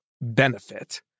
benefit